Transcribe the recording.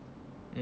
um